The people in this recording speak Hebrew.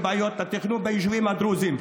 ובעיות התכנון ביישובים הדרוזיים.